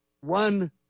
One